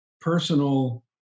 personal